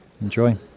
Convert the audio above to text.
enjoy